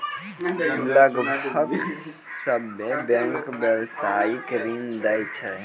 लगभग सभ्भे बैंकें व्यवसायिक ऋण दै छै